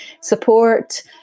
support